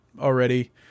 already